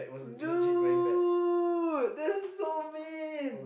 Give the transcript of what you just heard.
dude that's so mean